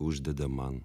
uždeda man